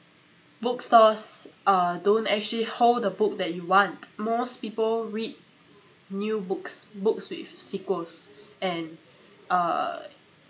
book stores uh don't actually hold the book that you want most people read new books books with sequels and uh